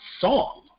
song